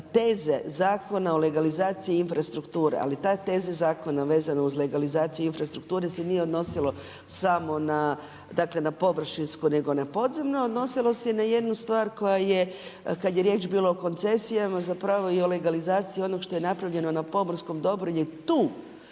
teze Zakona o legalizaciji i infrastrukture, ali ta teza zakona vezana uz legalizaciju infrastrukture se nije odnosilo samo na, dakle na površinsku nego na podzemnu. Odnosilo se i na jednu stvar koja je, jada je riječ bilo o koncesijama zapravo i o legalizaciji onog što je napravljeno na pomorskom dobru je tu